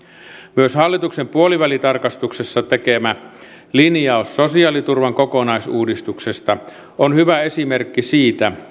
myös hallituksen puolivälitarkastuksessa tekemä linjaus sosiaaliturvan kokonaisuudistuksesta on hyvä esimerkki siitä